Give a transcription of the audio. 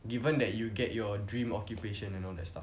given that you get your dream occupation and all that stuff